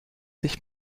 sich